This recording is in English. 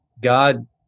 god